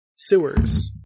Sewers